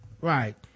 Right